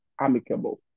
amicable